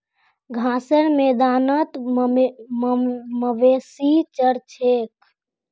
घासेर मैदानत मवेशी चर छेक